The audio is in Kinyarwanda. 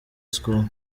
school